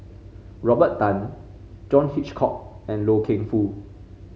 Robert Tan John Hitchcock and Loy Keng Foo